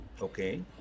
okay